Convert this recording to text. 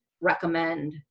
recommend